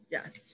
Yes